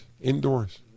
Indoors